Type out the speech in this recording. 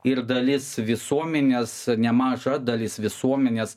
ir dalis visuomenės nemaža dalis visuomenės